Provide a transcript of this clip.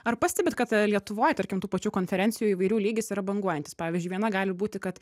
ar pastebit kad lietuvoj tarkim tų pačių konferencijų įvairių lygis yra banguojantis pavyzdžiui viena gali būti kad